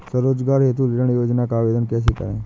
स्वरोजगार हेतु ऋण योजना का आवेदन कैसे करें?